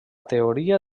teoria